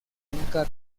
nunca